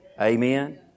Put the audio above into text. Amen